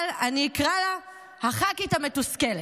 אבל אני אקרא לה הח"כית המתוסכלת.